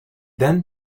then